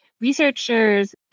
researchers